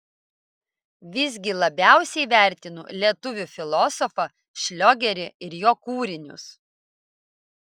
visgi labiausiai vertinu lietuvių filosofą šliogerį ir jo kūrinius